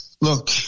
look